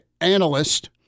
analyst